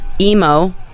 Emo